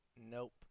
Nope